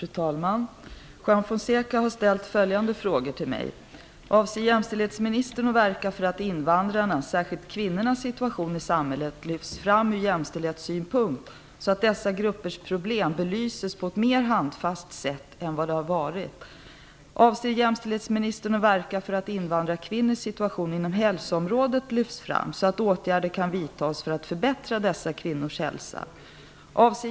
Fru talman! Juan Fonseca har ställt följande frågor till mig: 1. Avser jämställdhetsministern att verka för att invandrarnas, särskilt kvinnornas, situation i samhället lyfts fram ur jämställdhetssynpunkt så att dessa gruppers problem belyses på ett mer handfast sätt än vad som har varit? 2. Avser jämställdhetsministern att verka för att invandrarkvinnornas situation inom hälsoområdet lyfts fram så att åtgärder kan vidtas för att förbättra dessa kvinnors hälsa?